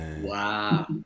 Wow